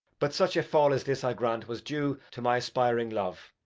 but such a fall as this i grant was due to my aspiring love,